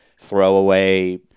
throwaway